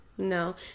No